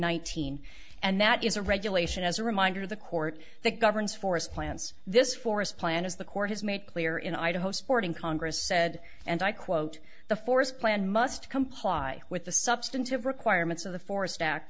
nineteen and that is a regulation as a reminder the court that governs forest plants this forest plan is the court has made clear in idaho supporting congress said and i quote the forest plan must comply with the substantive requirements of the forest act